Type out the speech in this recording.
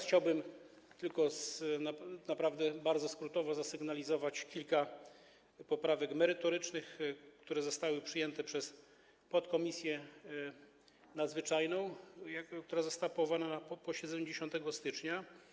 Chciałbym naprawdę bardzo skrótowo zasygnalizować kilka poprawek merytorycznych, które zostały przyjęte przez podkomisję nadzwyczajną, która została powołana na posiedzeniu w dniu 10 stycznia.